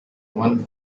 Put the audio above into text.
one